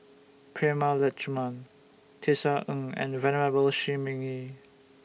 Prema Letchumanan Tisa Ng and Venerable Shi Ming Yi